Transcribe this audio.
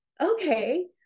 okay